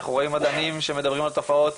אנחנו רואים מדענים שמדברים על תופעות